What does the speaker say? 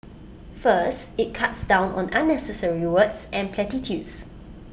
first IT cuts down on unnecessary words and platitudes